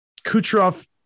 Kucherov